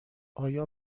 آیا